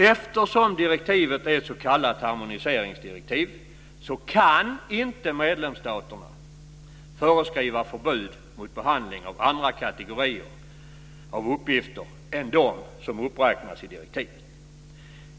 Eftersom direktivet är ett s.k. harmoniseringsdirektiv kan inte medlemsstaterna föreskriva förbud mot behandling av andra kategorier av uppgifter än dem som uppräknas i direktivet.